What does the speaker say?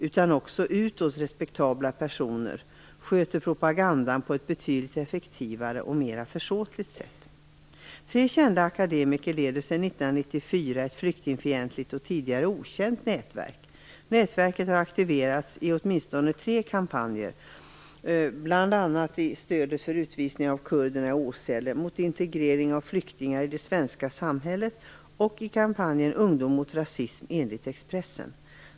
Även utåt respektabla personer sköter propagandan på ett betydligt effektivare och mer försåtligt sätt. Tre kända akademiker leder sedan 1994 ett flyktingfientligt, tidigare okänt nätverk. Nätverket har aktiverats vid åtminstone tre kampanjer, bl.a. till stöd för utvisning av kurderna i Åsele, mot integrering av flyktingar i det svenska samhället och i kampanjen Ungdom mot rasism, enligt Expressen.